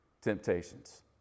temptations